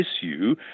issue